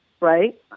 Right